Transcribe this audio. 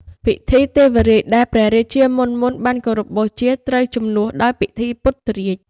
ពិធីទេវរាជដែល ព្រះរាជាមុនៗបានគោរពបូជាត្រូវជំនួសដោយពិធីពុទ្ធរាជ ។